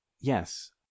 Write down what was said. Yes